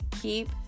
Keep